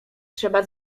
trzeba